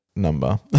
number